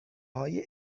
های